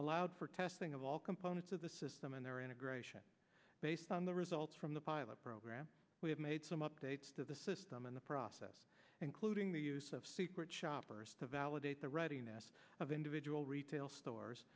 allowed for testing of all components of the system and their integration based on the results from the pilot program we have made some updates to the system in the process including the use of secret shoppers to validate the readiness of individual retail stores